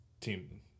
team